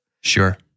sure